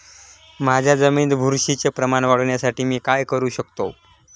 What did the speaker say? माझ्या जमिनीत बुरशीचे प्रमाण वाढवण्यासाठी मी काय करू शकतो?